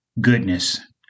goodness